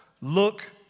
look